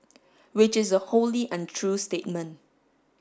which is a wholly untrue statement